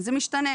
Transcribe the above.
זה משתנה.